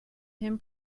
him